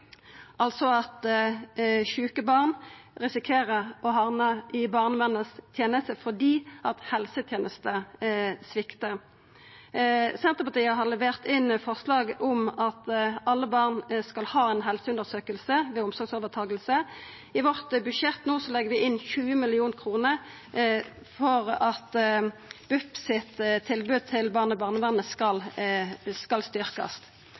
altså einetiltak i barnevernet – sjuke barn risikerer å hamna i barnevernet fordi helsetenestene sviktar. Senterpartiet har levert inn forslag om at alle barn skal ha ei helseundersøking ved omsorgsovertaking. I vårt budsjett legg vi inn 20 mill. kr for at BUPs tilbod til barn i barnevernet skal